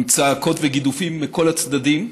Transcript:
עם צעקות וגידופים מכל הצדדים.